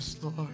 Lord